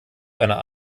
einer